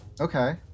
Okay